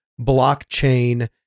blockchain